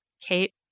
Kate